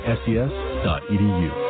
ses.edu